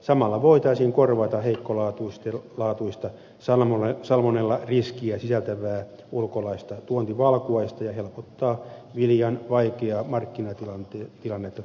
samalla voitaisiin korvata heikkolaatuista salmonellariskiä sisältävää ulkomaista tuontivalkuaista ja helpottaa viljan vaikeata markkinatilannetta täällä kotimaassa